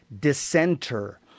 Dissenter